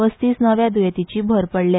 पस्तीस नव्या द्येंतींची भर पडल्या